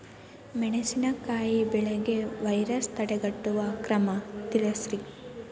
ಮೆಣಸಿನಕಾಯಿ ಬೆಳೆಗೆ ವೈರಸ್ ತಡೆಗಟ್ಟುವ ಕ್ರಮ ತಿಳಸ್ರಿ